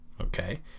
Okay